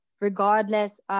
regardless